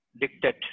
dictate